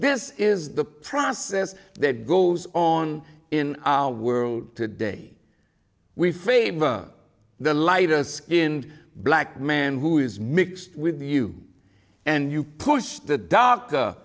this is the process that goes on in our world today we favor the lighter skinned black man who is mixed with you and you push the doctor